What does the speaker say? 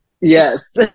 yes